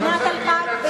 אתה לא צריך להתנצל.